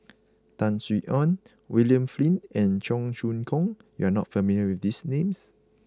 Tan Sin Aun William Flint and Cheong Choong Kong you are not familiar with these names